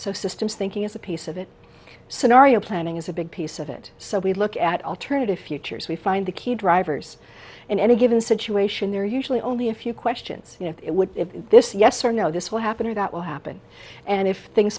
so systems thinking is a piece of it scenario planning is a big piece of it so we look at alternative futures we find the key drivers in any given situation they're usually only a few questions it would this yes or no this will happen or that will happen and if